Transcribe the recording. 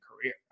career